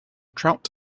trout